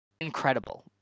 Incredible